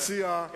התוצאה של זה,